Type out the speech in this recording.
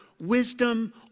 wisdom